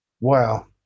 Wow